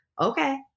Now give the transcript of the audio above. okay